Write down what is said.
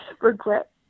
regret